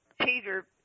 Peter